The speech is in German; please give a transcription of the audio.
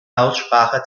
aussprache